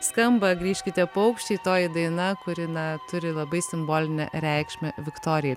skamba grįžkite paukščiai toji daina kuri na turi labai simbolinę reikšmę viktorijai